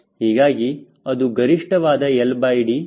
ಹೀಗಾಗಿ ಅದು ಗರಿಷ್ಠವಾದ LD 0